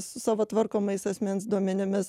su savo tvarkomais asmens duomenimis